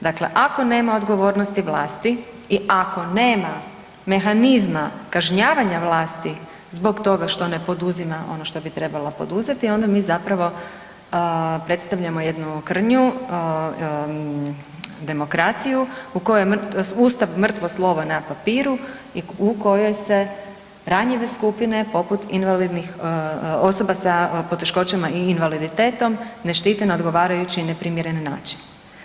Dakle, ako nema odgovornosti vlasti i ako nema mehanizma kažnjavanja vlasti zbog toga što ne poduzima ono što bi trebala poduzeti, onda mi zapravo predstavljamo jednu krnju demokraciju u kojoj je Ustav mrtvo slovo na papiru i u kojoj se ranjive skupine poput invalidnih, osoba sa poteškoćama i invaliditetom ne štite na odgovarajući i neprimjeren način.